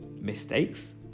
mistakes